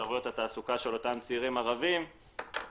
אפשרויות התעסוקה של אותם צעירים ערבים ולכן